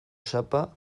sapa